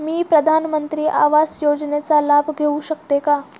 मी प्रधानमंत्री आवास योजनेचा लाभ घेऊ शकते का?